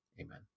Amen